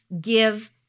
give